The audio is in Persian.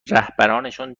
رهبرانشان